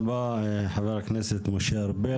תודה רבה חבר הכנסת משה ארבל.